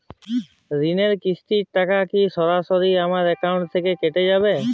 ঋণের কিস্তির টাকা কি সরাসরি আমার অ্যাকাউন্ট থেকে কেটে যাবে?